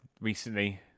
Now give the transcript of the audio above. recently